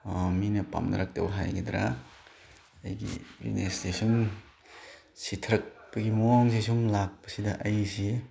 ꯃꯤꯅ ꯄꯥꯝꯅꯔꯛꯇꯕ ꯍꯥꯏꯒꯗ꯭ꯔ ꯑꯩꯒꯤ ꯕꯤꯖꯤꯅꯦꯁꯁꯦ ꯁꯨꯝ ꯁꯤꯊꯔꯛꯄꯒꯤ ꯃꯑꯣꯡꯁꯦ ꯁꯨꯝ ꯂꯥꯛꯄꯁꯤꯗ ꯑꯩꯁꯤ